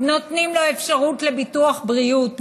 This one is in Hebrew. נותנים לו אפשרות לביטוח בריאות,